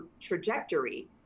trajectory